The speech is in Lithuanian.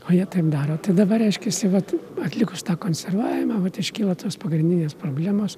o jie taip daro tai dabar reiškiasi vat atlikus tą konservavimą vat iškyla tos pagrindinės problemos